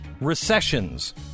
recessions